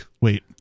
Wait